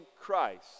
Christ